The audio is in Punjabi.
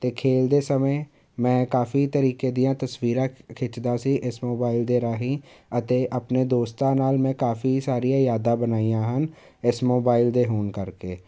ਅਤੇ ਖੇਡਦੇ ਸਮੇਂ ਮੈਂ ਕਾਫੀ ਤਰੀਕੇ ਦੀਆਂ ਤਸਵੀਰਾਂ ਖਿੱਚਦਾ ਸੀ ਇਸ ਮੋਬਾਈਲ ਦੇ ਰਾਹੀਂ ਅਤੇ ਆਪਣੇ ਦੋਸਤਾਂ ਨਾਲ ਮੈਂ ਕਾਫੀ ਸਾਰੀਆਂ ਯਾਦਾਂ ਬਣਾਈਆਂ ਹਨ ਇਸ ਮੋਬਾਇਲ ਦੇ ਹੋਣ ਕਰਕੇ